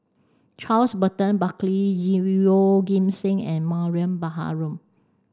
Charles Burton Buckley Yeoh Ghim Seng and Mariam Baharom